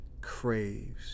craves